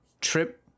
trip